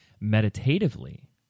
meditatively